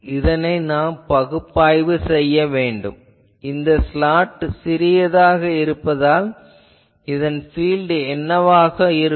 இதை நாம் பகுப்பாய்வு செய்ய வேண்டும் இந்த ஸ்லாட் சிறியதாக இருப்பதால் இதன் பீல்ட் என்னவாக இருக்கும்